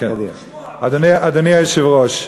אדוני היושב-ראש,